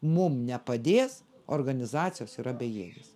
mums nepadės organizacijos yra bejėgės